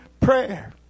prayer